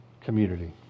community